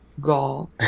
golf